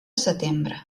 setembre